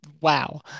Wow